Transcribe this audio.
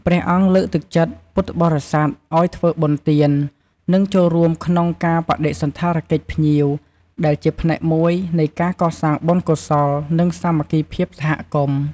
ពុទ្ធបរិស័ទដើរតួនាទីយ៉ាងសំខាន់ក្នុងការអនុវត្តកិច្ចការជាក់ស្ដែងក្នុងការទទួលបដិសណ្ឋារកិច្ច និងផ្ដល់ភាពងាយស្រួលដល់ភ្ញៀវ។